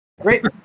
great